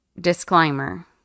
Disclaimer